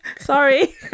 sorry